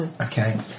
Okay